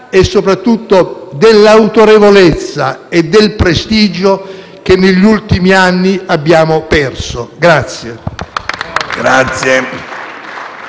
e soprattutto dell'autorevolezza e del prestigio che negli ultimi anni abbiamo perso.